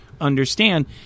understand